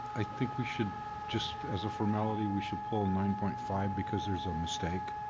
i think we should just as a formality we should pull nine point five because there is a mistake